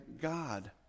God